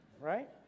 Right